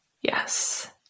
yes